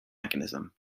mechanism